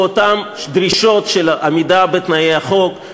באותן דרישות של עמידה בתנאי החוק.